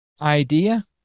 idea